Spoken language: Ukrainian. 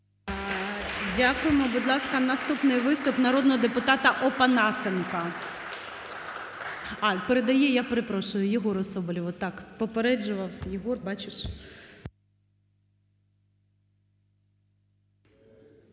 Дякуємо. Будь ласка, наступний виступ народного депутата Опанасенка.